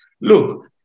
look